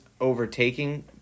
overtaking